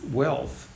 wealth